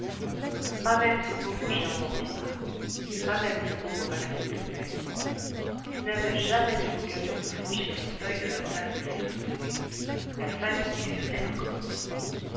pas même ce pauvre jehan mortimar pas même ce pauvre maxime d'aulnay qui n'avaient jamais eu l'occasion de franchir le seuil de la salle des séances privées la salle du dictionnaire comme on dit